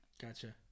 Gotcha